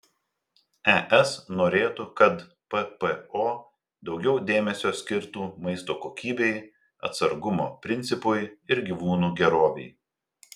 es norėtų kad ppo daugiau dėmesio skirtų maisto kokybei atsargumo principui ir gyvūnų gerovei